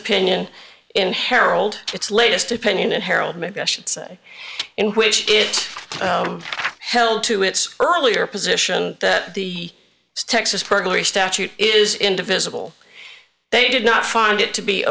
opinion in herald its latest opinion and herald maybe i should say in which it held to its earlier position that the texas burglary statute is in divisible they did not find it to be